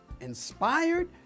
inspired